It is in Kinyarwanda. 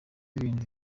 ibintu